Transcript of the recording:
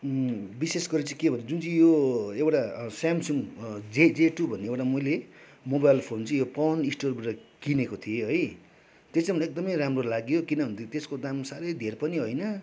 विशेष गरी चाहिँ के भन्छ जुन चाहिँ यो एउटा स्यामसङ जेजे टु भन्ने एउटा मैले मोबाइल फोन चाहिँ यो पवन स्टोरबाट किनेको थिएँ है त्यो चाहिँ मलाई एकदमै राम्रो लाग्यो किन भन्दाखेरि त्यसको दाम साह्रै धेर पनि होइन